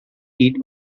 eat